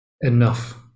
enough